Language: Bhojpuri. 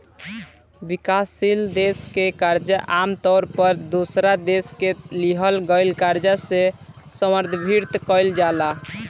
विकासशील देश के कर्जा आमतौर पर दोसरा देश से लिहल गईल कर्जा से संदर्भित कईल जाला